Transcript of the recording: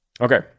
Okay